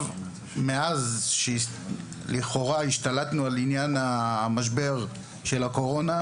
מאז שלכאורה השתלטנו על עניין המשבר של הקורונה,